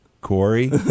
Corey